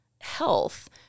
health